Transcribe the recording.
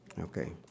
Okay